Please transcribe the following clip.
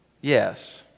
yes